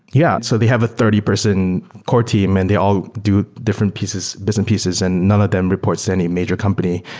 yeah. so they have a thirty person core team and they all do different pieces, dissent pieces and none of them reports to any major company.